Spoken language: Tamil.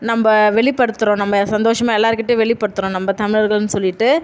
நம்ம வெளிப்படுத்துகிறோம் நம்ம சந்தோஷமாக எல்லோருக்கிட்டயும் வெளிப்படுத்துகிறோம் நம்ம தமிழர்கள்னு சொல்லிவிட்டு